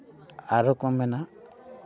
ᱟᱨᱚ ᱠᱚ ᱢᱮᱱᱟ